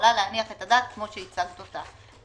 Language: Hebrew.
שיכולה להניח את הדעת, כפי שהצגת כאן.